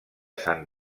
sant